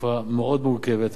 התקופה מאוד מורכבת.